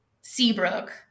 Seabrook